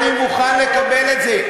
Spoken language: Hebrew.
אני מוכן לקבל את זה.